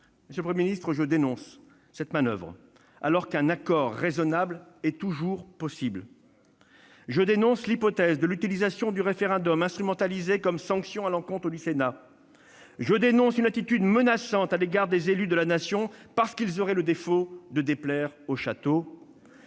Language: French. Monsieur le Premier ministre, je dénonce cette manoeuvre, alors qu'un accord raisonnable est toujours possible. Tout à fait ! Je dénonce l'hypothèse de l'utilisation du référendum, dont l'instrumentalisation servirait de sanction à l'encontre du Sénat. Je dénonce une attitude menaçante à l'égard des élus de la Nation, parce qu'ils auraient le défaut de déplaire au Château